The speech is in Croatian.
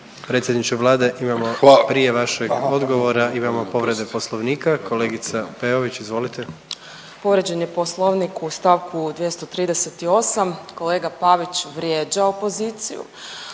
Predsjedniče Vlade imamo prije vašeg odgovora imamo povrede poslovnika, kolegica Peović. Izvolite. **Peović, Katarina (RF)** Povrijeđen je poslovnik u st. 238. kolega Pavić vrijeđa opoziciju.